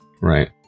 right